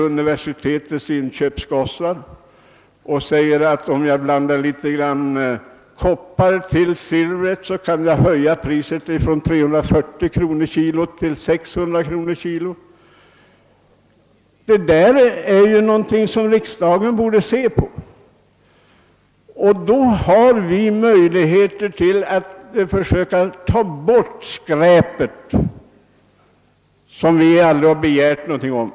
Universitetens inköpare säger att man, om man blandar litet koppar i silvret, i stället för att minska kan höja priset från 340 kronor kilot till 600 kronor kilot. Detta är någonting som riksdagen borde se närmare på, så att vi slipper sådant skräp som vi aldrig har begärt uppgifter om.